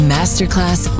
Masterclass